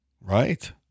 Right